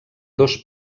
dos